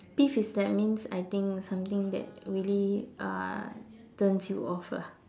pissed is that means I think something that really uh turns you off ah